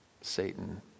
Satan